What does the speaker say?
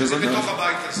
כשזה בתוך הבית הזה.